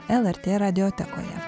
lrt radiotekoje